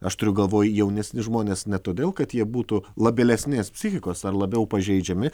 aš turiu galvoj jaunesni žmonės ne todėl kad jie būtų labilesnės psichikos ar labiau pažeidžiami